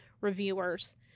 reviewers